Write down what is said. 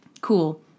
Cool